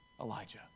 Elijah